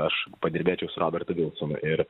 aš padirbėčiau su robertu vilsonu ir